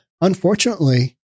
Unfortunately